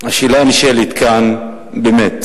השאלה הנשאלת כאן באמת